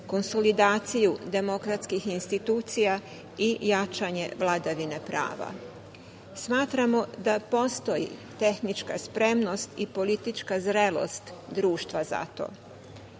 konsolidaciju demokratskih institucija i jačanje vladavine prava. Smatramo da postoji tehnika spremnost i politička zrelost društva za to. Kao